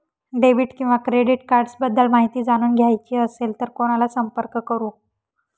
Debit किंवा credit cards बद्दल माहिती जाणून घ्यायची असेल तर कोणाला संपर्क करु?